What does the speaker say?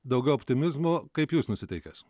daugiau optimizmo kaip jūs nusiteikęs